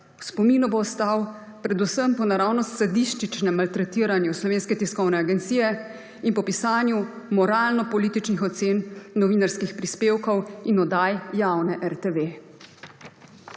V spominu bo ostal predvsem po naravnost sadističnem maltretiranju Slovenske tiskovne agencije in po pisanju moralno-političnih ocen novinarskih prispevkov in oddaj javne RTV.